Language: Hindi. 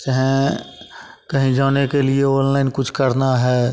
चाहे कहीं जाने के लिए ऑनलाइन कुछ करना है